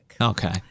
Okay